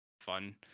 fun